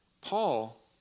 Paul